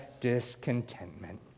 discontentment